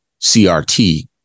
CRT